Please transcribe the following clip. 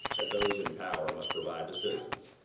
that those in power must provide to citizens.